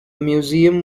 museum